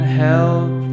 help